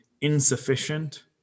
insufficient